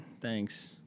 thanks